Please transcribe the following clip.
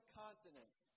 continents